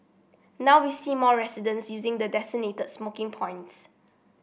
now we see more residents using the designated smoking points